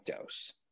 dose